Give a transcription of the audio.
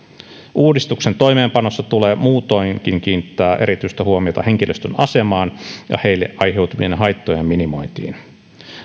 uudistuksen toimeenpanossa tulee muutoinkin kiinnittää erityistä huomiota henkilöstön asemaan ja heille aiheutuvien haittojen minimointiin